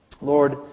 Lord